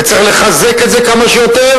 וצריך לחזק את זה כמה שיותר,